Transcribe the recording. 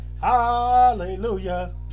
Hallelujah